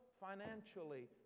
financially